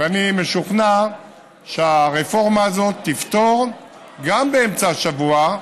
ואני משוכנע שהרפורמה הזאת תפתור גם באמצע השבוע,